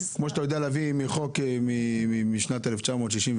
כמו שאתה יודע להביא חוק משנת 1966,